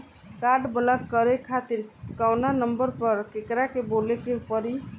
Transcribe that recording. Card block करे खातिर कवना नंबर पर केकरा के बोले के परी?